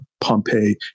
Pompeii